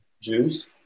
jews